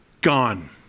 gone